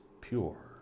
pure